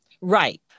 Right